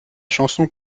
chanson